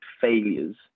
failures